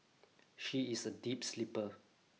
she is a deep sleeper